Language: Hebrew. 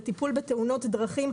לטיפול בתאונות דרכים,